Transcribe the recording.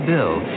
Bill